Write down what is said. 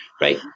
right